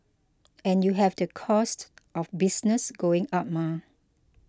and you have the costs of business going up mah